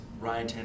Ryan